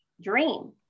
dream